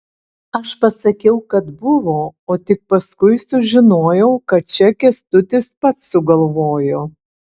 aš pasakiau kad buvo o tik paskui sužinojau kad čia kęstutis pats sugalvojo